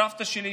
סבתא שלי,